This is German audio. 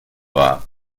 wahr